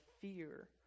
fear